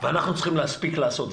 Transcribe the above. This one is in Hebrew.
ואנחנו צריכים להספיק לעשות דברים.